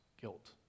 Guilt